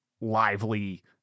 lively